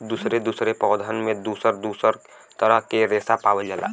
दुसरे दुसरे पौधन में दुसर दुसर तरह के रेसा पावल जाला